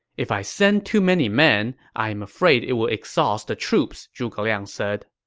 if i send too many men, i am afraid it would exhaust the troops, zhuge liang said.